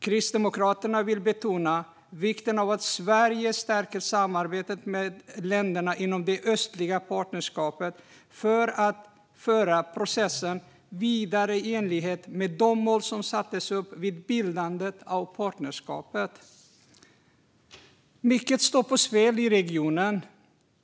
Kristdemokraterna vill betona vikten av att Sverige stärker samarbetet med länderna inom det östliga partnerskapet för att föra processen vidare i enlighet med de mål som sattes upp vid bildandet av partnerskapet. Mycket står på spel i regionen.